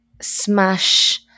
smash